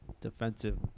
defensive